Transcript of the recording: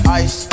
ice